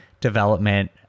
development